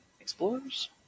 Explorers